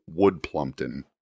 Woodplumpton